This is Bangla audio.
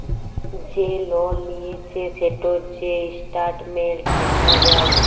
যে লল লিঁয়েছে সেটর যে ইসট্যাটমেল্ট দ্যাখা যায়